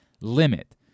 limit